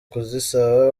kuzisaba